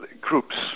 groups